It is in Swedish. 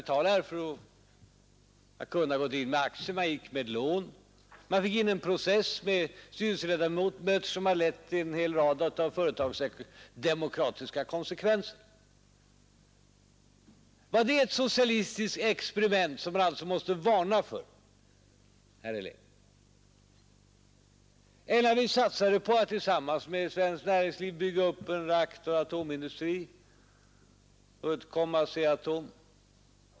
Man kunde ha gått in med aktier men gick med lån. Man fick in nya styrelseledamöter. Denna ordning har fört med sig en hel rad företagsdemokratiska konsekvenser. Var det ett socialistiskt experiment som man alltså måste varna för, herr Helén? Eller, när vi satsade på att tillsammans med svenskt näringsliv bygga upp en atomreaktorindustri — Uddcomb och ASEA-Atom.